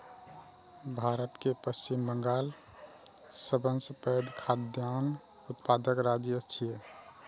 भारत मे पश्चिम बंगाल सबसं पैघ खाद्यान्न उत्पादक राज्य छियै